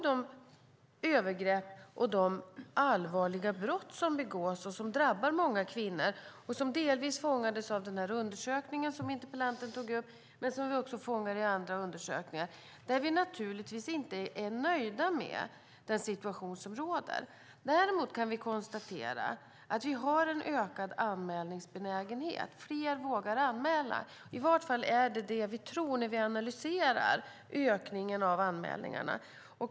De övergrepp och allvarliga brott som begås drabbar många kvinnor, och de fångades delvis upp av den undersökning som interpellanten tog upp, men de fångas också upp i andra undersökningar. Vi är naturligtvis inte nöjda med den situation som råder. Däremot kan vi konstatera att anmälningsbenägenheten har ökat. Fler vågar anmäla; i vart fall är det vad vi tror när vi analyserar ökningen av anmälningarna.